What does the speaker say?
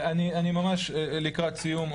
אני ממש לקראת סיום.